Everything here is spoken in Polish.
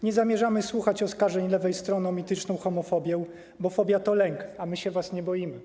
Nie zamierzamy słuchać oskarżeń lewej strony o mityczną homofobię, bo fobia to lęk, a my się was nie boimy.